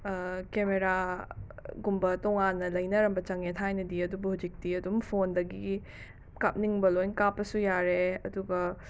camera ꯒꯨꯝꯕ ꯇꯣꯉꯥꯟꯅ ꯂꯩꯅꯔꯝꯕ ꯆꯪꯉꯦ ꯊꯥꯏꯅꯗꯤ ꯑꯗꯨꯕꯨ ꯍꯧꯖꯤꯛꯇꯤ ꯑꯗꯨꯝ ꯐꯣꯟꯗꯒꯤ ꯀꯥꯞꯅꯤꯡꯕ ꯂꯣꯏ ꯀꯥꯞꯄꯁꯨ ꯌꯥꯔꯦ ꯑꯗꯨꯒ